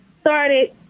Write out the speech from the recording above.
started